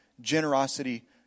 generosity